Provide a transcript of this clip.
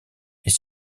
est